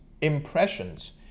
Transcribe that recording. impressions